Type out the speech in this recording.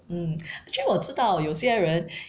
mm actually 我知道有些人